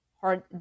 hard